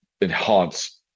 enhance